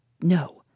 No